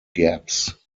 gaps